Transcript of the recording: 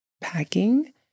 packing